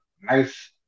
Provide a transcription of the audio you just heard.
nice